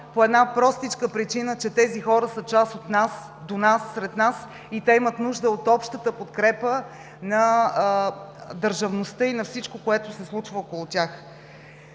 по една простичка причина – че тези хора са част от нас, до нас, сред нас и те имат нужда от общата подкрепа на държавността и на всичко, което се случва около тях.